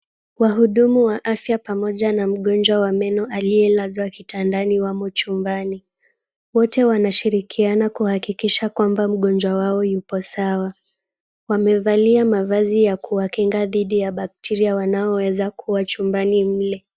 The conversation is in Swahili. Wahudumu wa afya pamoja na mgonjwa wa meno aliyelazwa kitandani wamo chumbani. Wote wanashirikiana kuhakikisha mgonjwa wao yupo sawa. Wamevalia mavazi ya kuwakinga dhidi ya bakitiria wanaoweza kuwa chumbani mle.